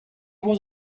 was